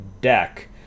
deck